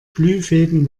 glühfäden